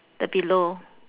the below